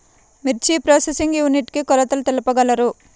మిర్చి processing unit కి కొలతలు తెలుపగలరు?